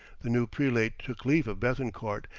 the new prelate took leave of bethencourt,